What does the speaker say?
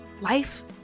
life